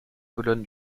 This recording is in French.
colonne